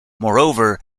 moreover